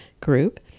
Group